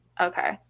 Okay